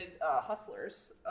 Hustlers